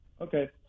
Okay